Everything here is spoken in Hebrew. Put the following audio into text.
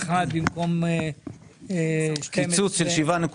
אני אשמח שגם אתה תהיה שותף לדיונים